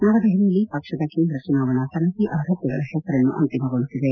ನವದೆಹಲಿಯಲ್ಲಿ ಪಕ್ಷದ ಕೇಂದ್ರ ಚುನಾವಣಾ ಸಮಿತಿ ಅಭ್ಯರ್ಥಿಗಳ ಹೆಸರನ್ನು ಅಂತಿಮಗೊಳಿಸಿದೆ